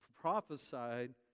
prophesied